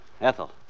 Ethel